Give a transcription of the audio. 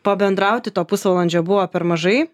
pabendrauti to pusvalandžio buvo per mažai